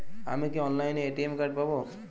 আমি কি অনলাইনে এ.টি.এম কার্ড পাব?